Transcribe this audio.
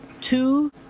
two